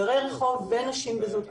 דיירי רחוב ונשים בזנות.